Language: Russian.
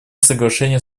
соглашения